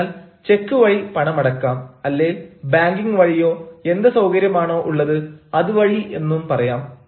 അതിനാൽ ചെക്ക് വഴി പണമടയ്ക്കാം അല്ലേൽ ബാങ്കിംഗ് വഴിയോ എന്ത് സൌകര്യമാണോ ഉള്ളത് അത് വഴി എന്നും പറയാം